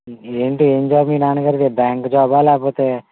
ఎంటి ఏం జాబ్ మీ నాన్నగారిది బ్యాంక్ జాబా లేకపోతే